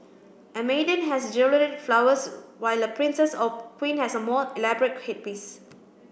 a maiden has jewelled flowers while a princess or queen has a more elaborate headpiece